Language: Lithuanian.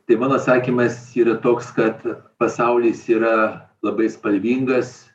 tai mano atsakymas yra toks kad pasaulis yra labai spalvingas